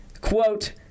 quote